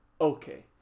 okay